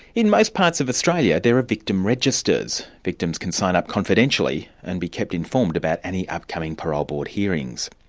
in most parts of australia there are victim registers. victims can sign up confidentially, and be kept informed about any upcoming parole board hearings.